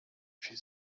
she